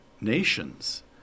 nations